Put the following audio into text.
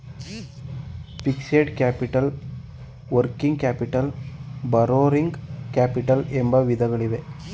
fixed capital working capital borrowing capital ಎಂಬ ವಿಧಗಳಿವೆ